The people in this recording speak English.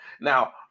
Now